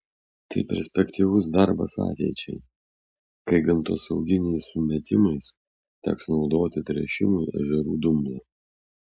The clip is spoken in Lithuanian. tai perspektyvus darbas ateičiai kai gamtosauginiais sumetimais teks naudoti tręšimui ežerų dumblą